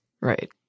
Right